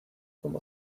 como